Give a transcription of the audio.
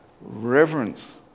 reverence